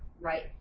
right